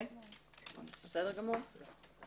בסדר גמור.